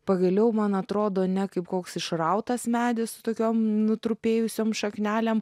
pagaliau man atrodo ne kaip koks išrautas medis su tokiom nutrupėjusiom šaknelėm